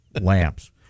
Lamps